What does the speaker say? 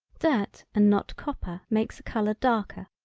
dirt and not copper makes a color darker.